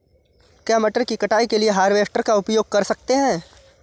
क्या मटर की कटाई के लिए हार्वेस्टर का उपयोग कर सकते हैं?